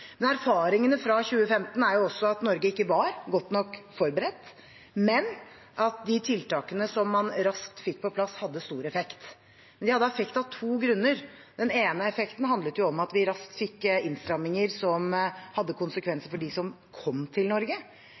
Erfaringene fra 2015 er også at Norge ikke var godt nok forberedt, men at de tiltakene som man raskt fikk på plass, hadde stor effekt. De hadde effekt av to grunner. Den ene effekten handlet om at vi raskt fikk innstramminger som hadde konsekvenser for dem som kom til Norge.